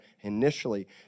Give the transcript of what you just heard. initially